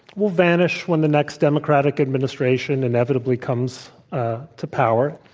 will vanish when the next democratic administration inevitably comes to power,